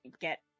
get